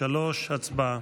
2023. הצבעה.